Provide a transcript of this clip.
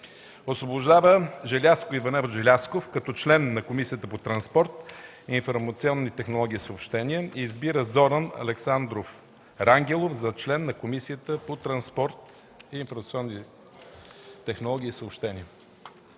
Освобождава Желязко Иванов Желязков като член на Комисията по транспорт, информационни технологии и съобщения. 2. Избира Зоран Александров Рангелов за член на Комисията по транспорт, информационни технологии и съобщения.”